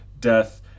death